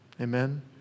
Amen